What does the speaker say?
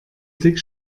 blick